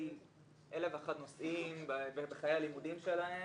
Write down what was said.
אלף ואחד נושאים בחיי הלימודים שלהם.